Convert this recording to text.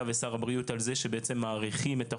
ושר הבריאות על זה שבעצם מאריכים את החוק.